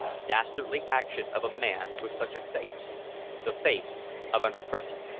dastardly action of a man with such a face the face of an oppressor.